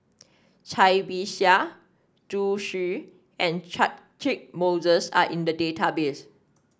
Cai Bixia Zhu Xu and Catchick Moses are in the database